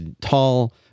tall